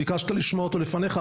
ביקשת לשמוע אותו לפניך,